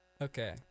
Okay